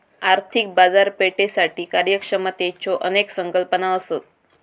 आर्थिक बाजारपेठेसाठी कार्यक्षमतेच्यो अनेक संकल्पना असत